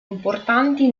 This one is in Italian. importanti